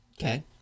okay